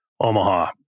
Omaha